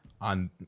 on